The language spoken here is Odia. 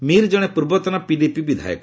ମିର୍ ଜଣେ ପୂର୍ବତନ ପିଡିପି ବିଧାୟକ